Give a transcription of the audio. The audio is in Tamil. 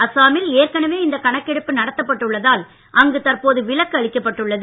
அஸ்ஸாமில் ஏற்கனவே இந்த கணக்கெடுப்பு நடத்தப்பட்டு உள்ளதால் அங்கு தற்போது விலக்கு அளிக்கப்பட்டு உள்ளது